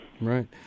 Right